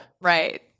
Right